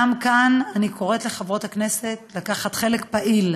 גם כאן, אני קוראת לחברות הכנסת לקחת חלק פעיל,